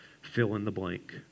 fill-in-the-blank